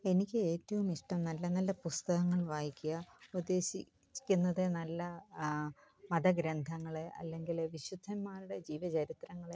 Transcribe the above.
എനിക്ക് ഏറ്റവും ഇഷ്ടം നല്ല നല്ല പുസ്തകങ്ങൾ വായിക്കുക ഉദ്ദേശിക്കുന്നത് നല്ല മതഗ്രന്ഥങ്ങൾ അല്ലെങ്കിൽ വിശുദ്ധന്മാരുടെ ജീവചരിത്രങ്ങൾ